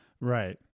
Right